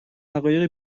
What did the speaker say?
حقایق